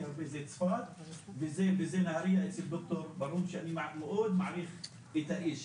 הרבה זה צפת וזה נהריה אצל ד"ר ברהום שאני מאוד מעריך את האיש,